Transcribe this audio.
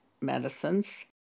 medicines